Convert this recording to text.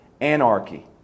anarchy